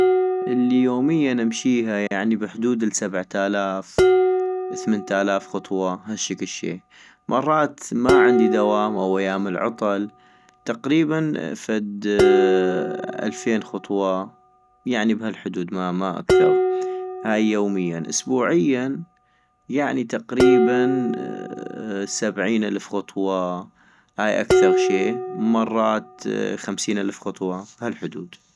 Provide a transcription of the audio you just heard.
الي يومياامشيها يعني بحدود السبعتالاف ثمنتالاف خطوة هشكل شي مرات ما عندي دوام او ايام العطل تقريبا فد الفين خطوة يعني بهالحدود ما ما اكثغ هاي يوميا - اسبوعيا يعني تقريبا سبعين الف خطوة هاي اكثغ شي، مرات خمسين الف خطوة بهالحدود